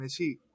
Messi